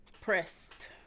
Pressed